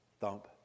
thump